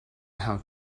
how